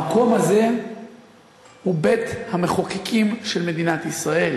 המקום הזה הוא בית-המחוקקים של מדינת ישראל.